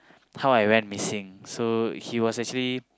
how I went missing so he was actually